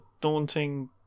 daunting